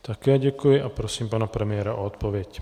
Také děkuji a prosím pana premiéra o odpověď.